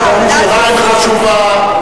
חשובה,